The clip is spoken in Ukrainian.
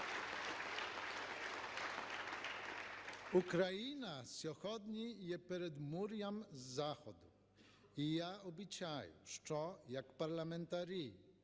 Україна сьогодні є передмур'ям Заходу. І я обіцяю, що як парламентарі,